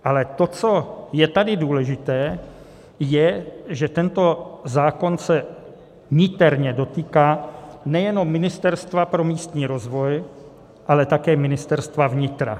Ale to, co je tady důležité, je, že tento zákon se niterně dotýká nejenom Ministerstva pro místní rozvoj, ale také Ministerstva vnitra.